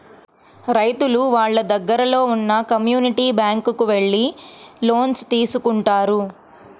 రైతులు వాళ్ళ దగ్గరలో ఉన్న కమ్యూనిటీ బ్యాంక్ కు వెళ్లి లోన్స్ తీసుకుంటారు